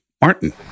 Martin